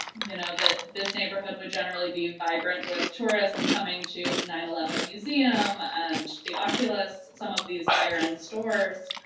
you know, the this neighborhood would generally be vibrant with tourists coming to the nine eleven museum, and the oculus, some of these higher end stores,